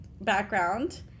background